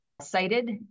cited